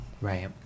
Right